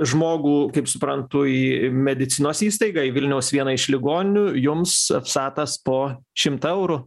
žmogų kaip suprantu į medicinos įstaigą į vilniaus vieną iš ligonių jums vsatas po šimtą eurų